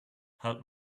help